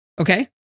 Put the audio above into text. Okay